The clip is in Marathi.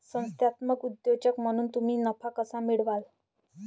संस्थात्मक उद्योजक म्हणून तुम्ही नफा कसा मिळवाल?